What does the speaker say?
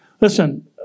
Listen